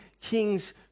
king's